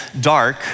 dark